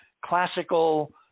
classical